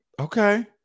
Okay